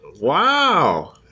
Wow